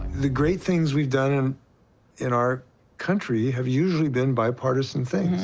the great things we've done in our country have usually been bipartisan things,